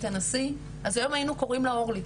הנשיא אז היום היינו קוראים לה אורלי,